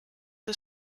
des